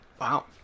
Wow